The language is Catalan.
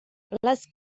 les